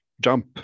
jump